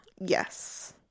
Yes